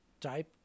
type